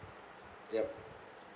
yup